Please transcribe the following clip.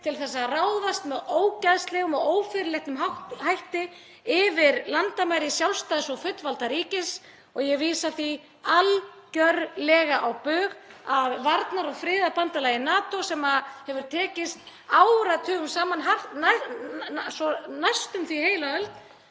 til að ráðast með ógeðslegum og ófyrirleitnum hætti yfir landamæri sjálfstæðs og fullvalda ríkis. Ég vísa því algjörlega á bug að varnar- og friðarbandalagið NATO, sem hefur tekist áratugum saman, næstum því heila öld